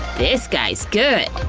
this guy's good!